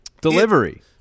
delivery